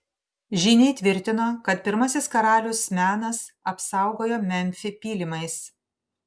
žyniai tvirtino kad pirmasis karalius menas apsaugojo memfį pylimais